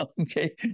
Okay